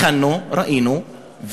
ראינו,